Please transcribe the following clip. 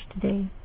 today